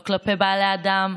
לא כלפי בני אדם,